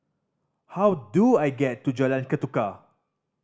how do I get to Jalan Ketuka